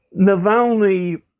Navalny